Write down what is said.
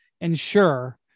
ensure –